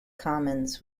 commons